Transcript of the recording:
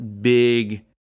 big